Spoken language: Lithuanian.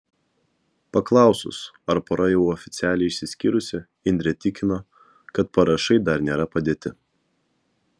paklausus ar pora jau oficialiai išsiskyrusi indrė tikino kad parašai dar nėra padėti